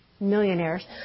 millionaires